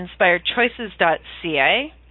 inspiredchoices.ca